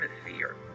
atmosphere